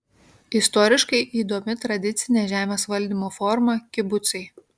istoriškai įdomi tradicinė žemės valdymo forma kibucai